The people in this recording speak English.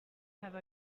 have